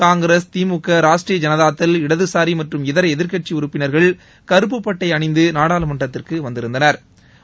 காங்கிரஸ் திமுக ராஷ்ட்ரீய ஜனதாதள் இடதுசாரி மற்றும் இதர எதிர்க்கட்சி உறுப்பினர்கள் கருப்பு பட்டை அணிந்து நாடாளுமன்றத்திற்கு வந்திருந்தனா்